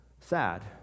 sad